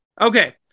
Okay